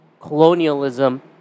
colonialism